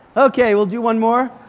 okay, we'll do one more.